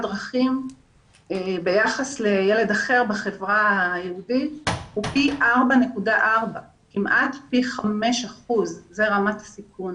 דרכים ביחס לילד אחר בחברה היהודית הוא פי 4.4. רמת הסיכון